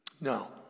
No